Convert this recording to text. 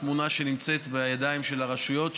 התמונה שנמצאת בידיים של הרשויות,